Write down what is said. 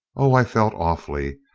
oh! i felt awfully,